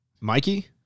Mikey